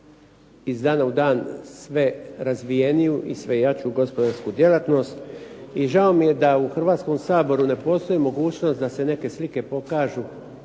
iz dana u dan sve razvijeniju i sve jaču gospodarsku djelatnost. I žao mi je da u Hrvatskom saboru ne postoji mogućnost da se neke slike pokažu,